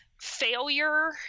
Failure